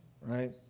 right